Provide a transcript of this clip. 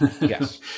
Yes